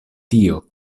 tio